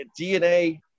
dna